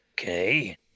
Okay